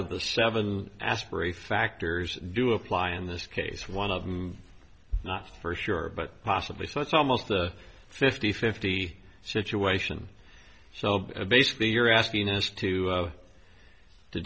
of the seven aspirate factors do apply in this case one of them not for sure but possibly so it's almost a fifty fifty situation so basically you're asking us to